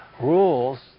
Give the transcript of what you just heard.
rules